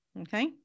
okay